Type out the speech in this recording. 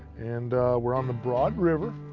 and we're on the broad river.